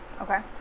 Okay